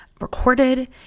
recorded